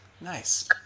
nice